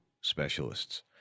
specialists